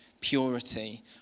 purity